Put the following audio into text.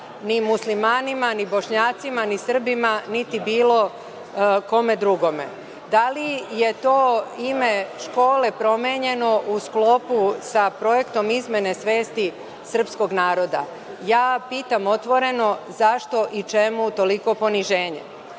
ni Muslimanima ni Bošnjacima, ni Srbima niti bilo kome drugome. Da li je to ime škole promenjeno u sklopu sa projektom izmene svesti srpskog naroda? Pitam otvoreno - zašto i čemu toliko poniženje? Moje